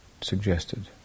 suggested